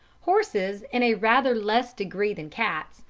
horses, in a rather less degree than cats,